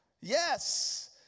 Yes